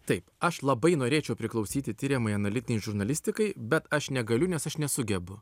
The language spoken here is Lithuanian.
taip aš labai norėčiau priklausyti tiriamajai analitinei žurnalistikai bet aš negaliu nes aš nesugebu